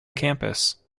campus